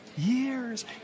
Years